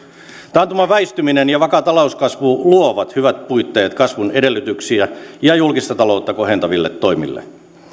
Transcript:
taantuman väistyminen ja vakaa talouskasvu luovat hyvät puitteet kasvun edellytyksiä ja julkista taloutta kohentaville toimille